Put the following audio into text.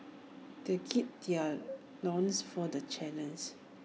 they gird their loins for the challenge